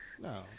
No